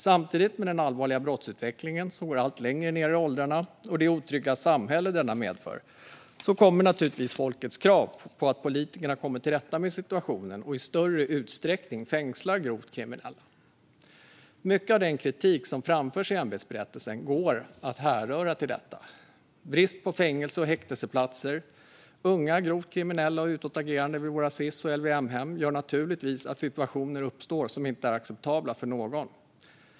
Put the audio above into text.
I takt med den allvarliga brottsutvecklingen, som går allt längre ned i åldrarna, och det otrygga samhälle denna medför ställer folket naturligtvis krav på att politikerna ska komma till rätta med situationen och i större utsträckning fängsla grovt kriminella. Mycket av den kritik som framförs i ämbetsberättelsen går att härröra till detta. Bristen på fängelse och häktesplatser och att unga grovt kriminella och utåtagerande finns på våra Sis-hem och LVM-hem gör naturligtvis att situationer uppstår som inte är acceptabla för någon.